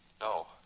No